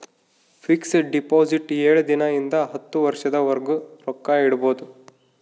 fix deposit ಏಳು ದಿನ ಇಂದ ಹತ್ತು ವರ್ಷದ ವರ್ಗು ರೊಕ್ಕ ಇಡ್ಬೊದು